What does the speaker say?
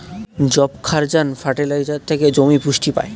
যবক্ষারজান ফার্টিলাইজার থেকে জমি পুষ্টি পায়